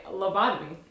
lobotomy